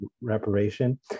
reparation